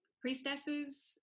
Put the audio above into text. priestesses